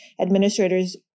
administrators